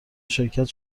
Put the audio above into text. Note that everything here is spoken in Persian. شرکت